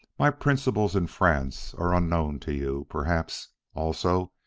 my principals in france are unknown to you perhaps, also,